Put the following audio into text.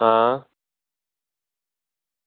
आं